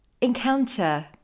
encounter